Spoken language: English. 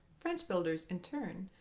french builders, in turn,